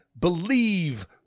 Believe